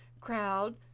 crowd